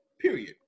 period